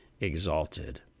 exalted